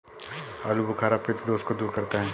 आलूबुखारा पित्त दोष को दूर करता है